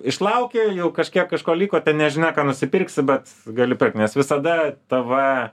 išlauki jau kažkiek kažko liko ten nežinia ką nusipirksi bet galiu pirkt nes visada tv